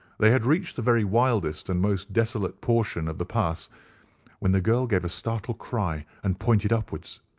they had reached the very wildest and most desolate portion of the pass when the girl gave a startled cry, and pointed upwards.